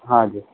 ہاں جی